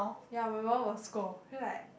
ya my mum will scold then like